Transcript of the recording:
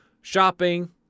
shopping